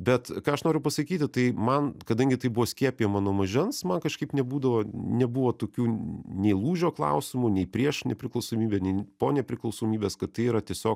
bet ką aš noriu pasakyti tai man kadangi tai buvo skiepijama nuo mažens man kažkaip nebūdavo nebuvo tokių nei lūžio klausimų nei prieš nepriklausomybę nei po nepriklausomybės kad tai yra tiesiog